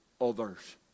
others